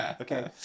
okay